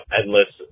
endless